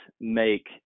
make